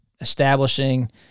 establishing